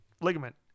ligament